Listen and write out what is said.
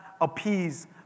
appease